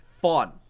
fun